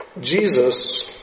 Jesus